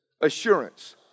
Assurance